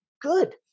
good